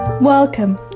Welcome